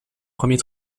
premier